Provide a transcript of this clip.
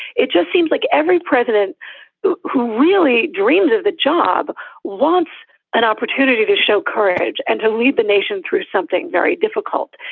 it just seems like every president who really dreams of the job wants an opportunity to show courage and to lead the nation through something very difficult.